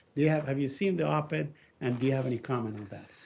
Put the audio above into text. do you have have you seen the op-ed and do you have any comment on that?